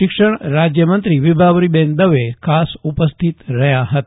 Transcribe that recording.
શિક્ષણ રાજ્યમંત્રી વિભાવરીબજેન દવે ખાસ ઉપસ્થિત રહ્યા ફતા